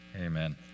Amen